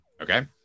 Okay